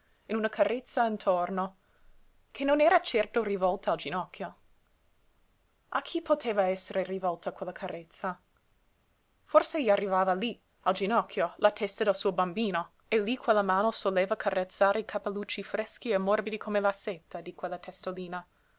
in una carezza intorno che non era certo rivolta al ginocchio a chi poteva esser rivolta quella carezza forse gli arrivava lí al ginocchio la testa del suo bambino e lí quella mano soleva carezzare i capellucci freschi e morbidi come la seta di quella testolina